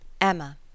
Emma